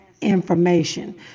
information